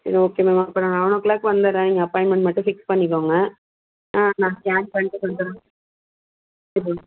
சரி okay ma'am அப்போ நான் லெவன் ஓ க்ளாக் வந்துடுறேன் நீங்கள் அப்பாயின்மெண்ட் மட்டும் ஃபிக்ஸ் பண்ணிக்கோங்க நான் ஸ்கேன் பண்ணிவிட்டு கொண்டு வரேன் சரி